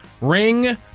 ring